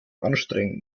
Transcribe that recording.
anstrengend